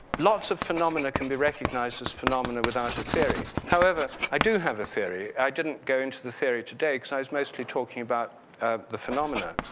lots of phenomena can be recognized as phenomena without a theory. however, i do have the theory. i didn't go into the theory today because i was mostly talking about the phenomena.